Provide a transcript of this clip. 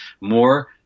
more